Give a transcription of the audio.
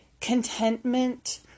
contentment